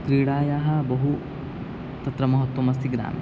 क्रीडायाः बहु तत्र महत्त्वमस्ति ग्रामे